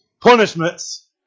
punishments